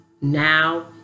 now